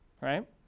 right